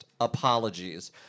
Apologies